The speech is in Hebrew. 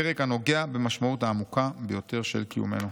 פרק הנוגע במשמעות העמוקה ביותר של קיומנו".